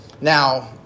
Now